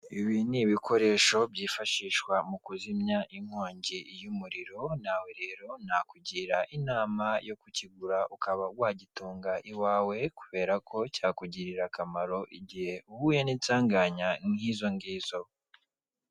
Ibi ni ibikoresho byifashishwa mu kuzimya inkongi y'umuriro nawe rero nakugira inama yo kukigura ukaba wagitunga iwawe kubera ko cyakugirira akamaro igihe uhuye n'insanganya nk'izongizo.